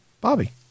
Bobby